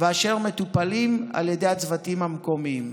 אשר מטופלים על ידי הצוותים המקומיים.